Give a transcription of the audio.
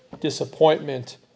disappointment